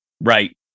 Right